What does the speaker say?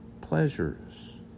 pleasures